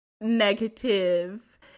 Negative